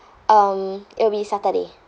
um it'll be saturday